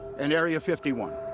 and area fifty one.